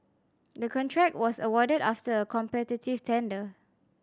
the contract was awarded after a competitive tender